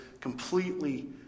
completely